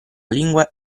lingua